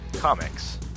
Comics